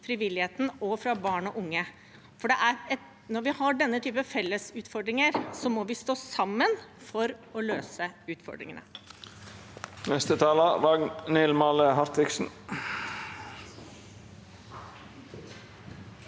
frivilligheten og fra barn og unge. Når vi har denne typen felles utfordringer, må vi stå sammen for å løse utfordringene.